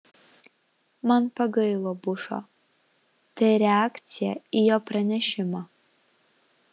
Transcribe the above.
man pagailo bušo tai reakcija į jo pranešimą